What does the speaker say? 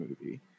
movie